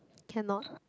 cannot